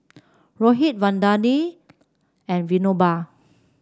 Rohit Vandana and Vinoba